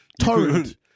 Torrent